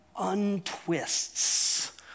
untwists